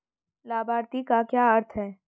लाभार्थी का क्या अर्थ है?